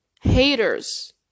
Haters